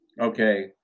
okay